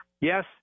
yes